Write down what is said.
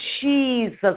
Jesus